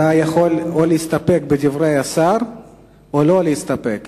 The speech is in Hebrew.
אתה יכול או להסתפק בדברי השר או לא להסתפק.